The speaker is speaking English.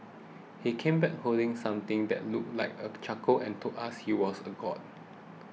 he came back holding something that looked like a charcoal and told us he was a god